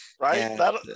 Right